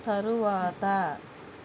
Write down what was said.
తరువాత